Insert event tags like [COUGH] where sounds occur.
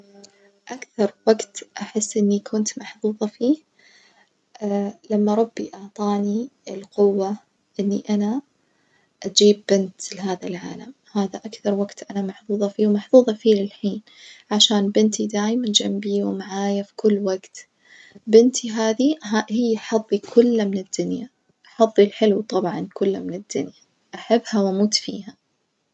أكثر وجت أحس إني كنت محظوظة فيه [HESITATION] لما ربي أعطاني القبوة إني أنا أجيب بنت لهذا العالم، هذا أكثر وجت أنا محظوظة فيه ومحظوظة فيه للحين، عشان بنتي دايمًا جنبي ومعايا في كل وجت، بنتي هذي ها هي حظي كله من الدنيا حظي الحلو طبعًا كله من الدنيا، أحبها وأموت فيها.